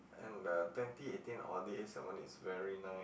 and the twenty eighteen Audi A seven is very nice